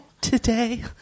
today